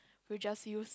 we just use